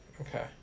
Okay